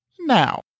now